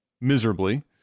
miserably